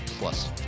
Plus